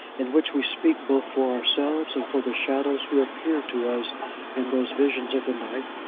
in which we speak both for ourselves and for the shadows who appear to us in those visions of the night,